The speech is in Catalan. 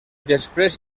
després